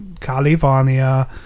California